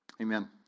Amen